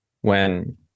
When-